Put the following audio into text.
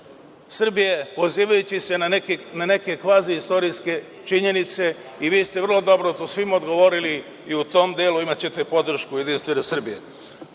Srbije, pozivajući se na neke kvazi istorijske činjenice. Vi ste vrlo dobro to svima odgovorili i u tom delu imaćete podršku Jedinstvene Srbije. Pošto